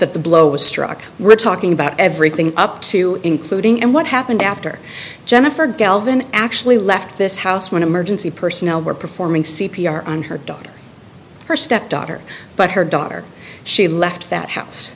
the blow was struck we're talking about everything up to including and what happened after jennifer galvin actually left this house when emergency personnel were performing c p r on her daughter her stepdaughter but her daughter she left that house